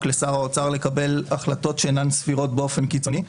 לשר האוצר לקבל החלטות שאינן סבירות באופן קיצוני,